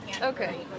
Okay